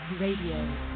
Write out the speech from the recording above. RADIO